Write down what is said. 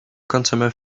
consumer